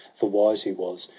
for wise he was,